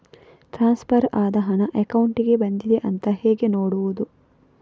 Transfer ಆದ ಹಣ ಅಕೌಂಟಿಗೆ ಬಂದಿದೆ ಅಂತ ಹೇಗೆ ನೋಡುವುದು?